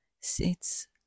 sits